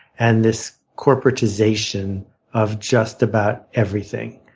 and this corporatization of just about everything.